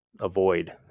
avoid